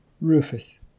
Rufus